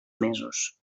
mesos